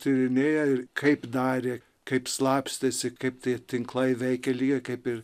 tyrinėja ir kaip darė kaip slapstėsi kaip tie tinklai veikė lygiai kaip ir